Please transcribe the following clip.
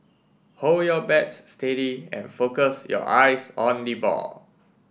hold your bat steady and focus your eyes on the ball